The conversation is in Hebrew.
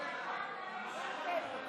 למעמד האישה.